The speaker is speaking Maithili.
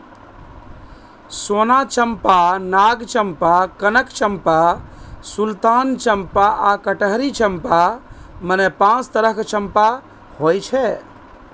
सोन चंपा, नाग चंपा, कनक चंपा, सुल्तान चंपा आ कटहरी चंपा, मने पांच तरहक चंपा होइ छै